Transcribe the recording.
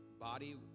body